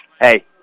Hey